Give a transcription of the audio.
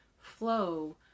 flow